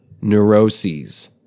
neuroses